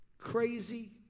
Crazy